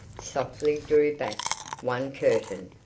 softly drew back one curtain,